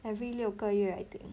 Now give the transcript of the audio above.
every 六个月 I think